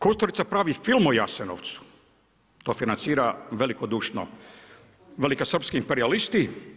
Kusturica pravi film o Jasenovcu, to financira velikodušno velikosrpski imperijalisti.